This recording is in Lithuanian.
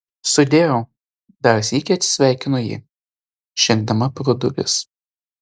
sudieu dar sykį atsisveikino ji žengdama pro duris